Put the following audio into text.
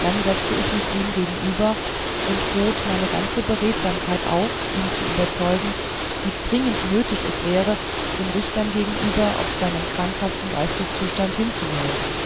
dann setzte ich mich ihm gegenüber und bot meine ganze beredsamkeit auf ihn zu überzeugen wie dringend nötig es wäre den richtern gegenüber auf seinen krankhaften geisteszustand hinzuweisen